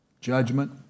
judgment